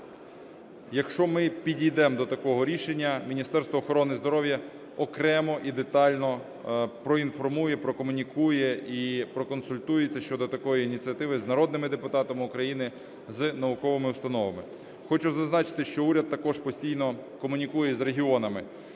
Якщо ми підійдемо до такого рішення, Міністерство охорони здоров'я окремо і детально проінформує, прокомунікує і проконсультується щодо такої ініціативи з народними депутатами України, з науковими установами. Хочу зазначити, що уряд також постійно комунікує з регіонами.